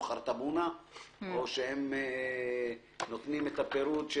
אם הם נותנים את הפירוט.